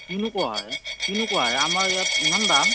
কিনো কোৱাহে কিনো কোৱাহে আমাৰ ইয়াত ইমান দাম